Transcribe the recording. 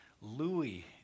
Louis